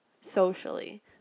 socially